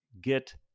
get